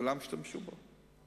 כולם השתמשו בו.